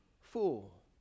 fool